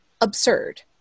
absurd